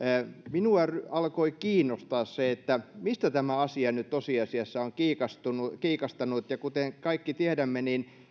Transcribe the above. minua alkoi kiinnostaa mistä tämä asia nyt tosiasiassa on kiikastanut kiikastanut kuten kaikki tiedämme